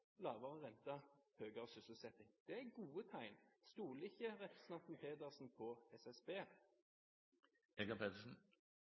lavere rente og høyere sysselsetting. Det er gode tegn. Stoler ikke representanten Pedersen på